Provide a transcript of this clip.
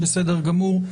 בסדר גמור.